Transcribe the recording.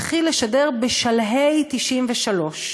התחיל לשדר בשלהי 1993,